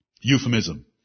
Euphemism